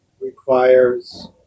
requires